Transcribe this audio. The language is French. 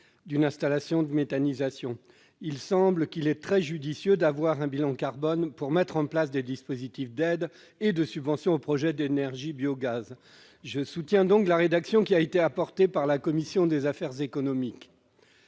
d'une installation de méthanisation. Il est très judicieux d'avoir un bilan carbone pour mettre en place des dispositifs d'aide et de subvention aux projets d'énergie biogaz. Je soutiens donc la rédaction qui a été élaborée par la commission des affaires économiques.